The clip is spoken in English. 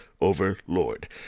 Overlord